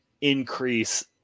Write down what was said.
increase